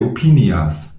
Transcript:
opinias